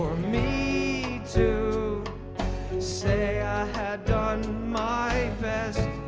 me to say i had done my best